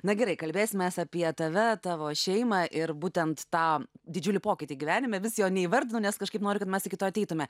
na gerai kalbėsimės apie tave tavo šeimą ir būtent tą didžiulį pokytį gyvenime vis jo neįvardinu nes kažkaip noriu kad mes iki to ateitume